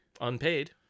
Unpaid